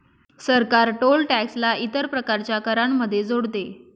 सरकार toll tax ला इतर प्रकारच्या करांमध्ये जोडते